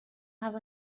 have